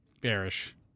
bearish